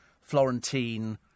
Florentine